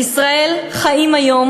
בישראל חיים היום